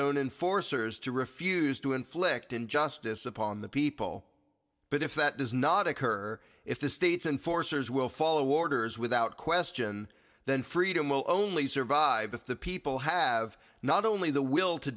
own enforcers to refuse to inflict injustice upon the people but if that does not occur if the states and forces will follow orders without question then freedom will only survive if the people have not only the will to